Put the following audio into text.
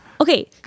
Okay